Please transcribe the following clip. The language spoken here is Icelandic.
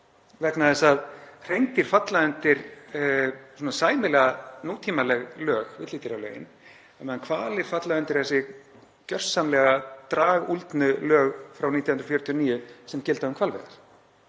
vegna þess að hreindýr falla undir svona sæmilega nútímaleg lög, villidýralögin, meðan hvalir falla undir þessi gjörsamlega dragúldnu lög frá 1949 sem gilda um hvalveiðar.